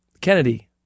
Kennedy